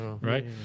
right